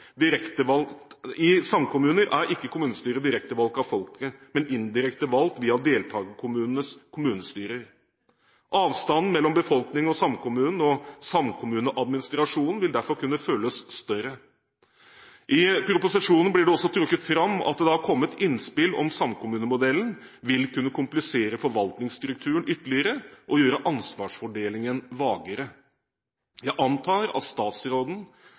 direkte valgt av folket, men indirekte valgt via deltakerkommunenes kommunestyrer. Avstanden mellom befolkningen og samkommunen og samkommuneadministrasjonen vil derfor kunne føles større. I proposisjonen blir det også trukket fram at det har kommet innspill om at samkommunemodellen vil kunne komplisere forvaltningsstrukturen ytterligere og gjøre ansvarsfordelingen vagere. Jeg antar at statsråden